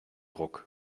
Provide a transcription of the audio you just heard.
ruck